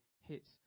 hits